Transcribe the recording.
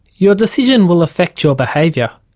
your decision will affect your behaviour.